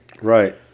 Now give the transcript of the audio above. Right